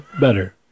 better